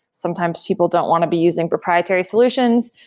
sometimes people don't want to be using proprietary solutions.